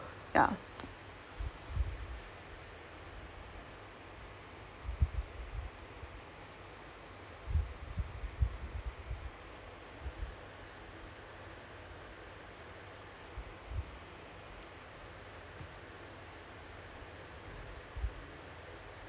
ya